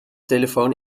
telefoon